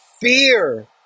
fear